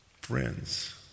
Friends